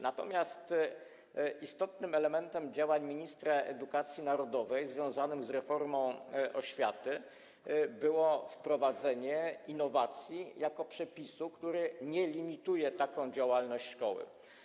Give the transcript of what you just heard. Natomiast istotnym elementem działań ministra edukacji narodowej związanym z reformą oświaty było wprowadzenie innowacji jako przepisu, który nie limituje tak działalności szkoły.